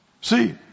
See